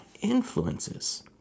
influences